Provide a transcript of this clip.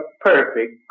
perfect